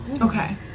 Okay